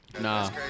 Nah